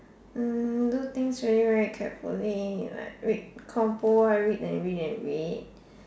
hmm do things very very carefully like read compo I read and read and read